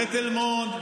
ותל מונד,